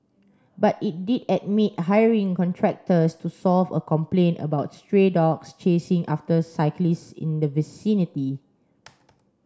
but it did admit hiring contractors to solve a complaint about stray dogs chasing after cyclists in the vicinity